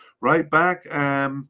right-back